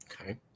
Okay